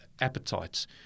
appetites